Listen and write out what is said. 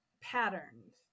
patterns